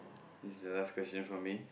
this is the last question from me